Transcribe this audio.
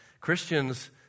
Christians